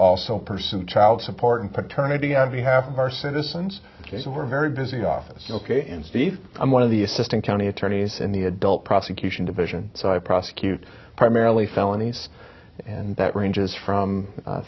also pursue child support and paternity on behalf of our citizens over a very busy office in steve i'm one of the assistant county attorneys in the adult prosecution division so i prosecute primarily felonies and that ranges from